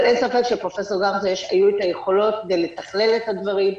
אבל אין ספק שלפרופ' גמזו היו את היכולות כדי לתכלל את הדברים,